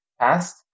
past